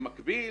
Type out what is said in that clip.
במקביל,